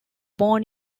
born